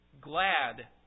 glad